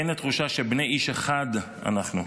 כן לתחושה שבני איש אחד אנחנו,